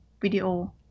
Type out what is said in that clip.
video